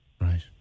Right